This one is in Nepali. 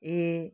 ए